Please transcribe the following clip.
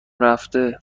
رفته